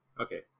Okay